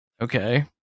Okay